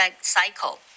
cycle